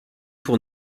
pour